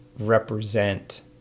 represent